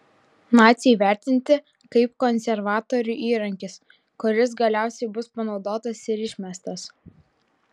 naciai vertinti kaip konservatorių įrankis kuris galiausiai bus panaudotas ir išmestas